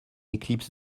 éclipse